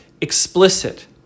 explicit